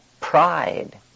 Pride